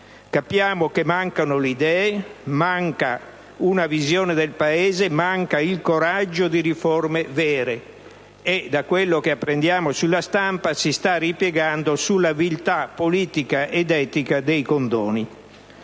Capiamo che mancano le idee, manca una visione del Paese, manca il coraggio di riforme vere e, da quanto apprendiamo sulla stampa, si sta ripiegando sulla viltà politica ed etica dei condoni.